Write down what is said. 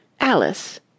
Alice